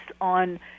on